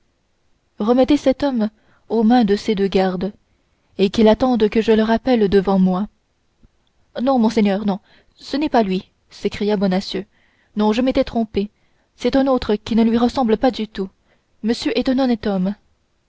remettez cet homme aux mains de ses deux gardes et qu'il attende que je le rappelle devant moi non monseigneur non ce n'est pas lui s'écria bonacieux non je m'étais trompé c'est un autre qui ne lui ressemble pas du tout monsieur est un honnête homme